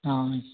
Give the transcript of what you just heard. ആന്നെ